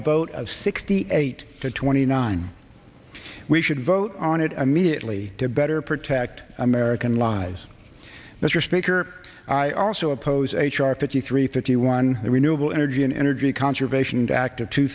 a vote of sixty eight to twenty nine we should vote on it immediately to better protect american lives mr speaker i also oppose h r fifty three fifty one the renewable energy and energy conservation and act of two